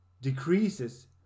decreases